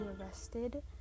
arrested